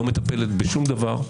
לא מטפלת בשום דבר,